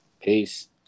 Peace